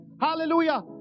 hallelujah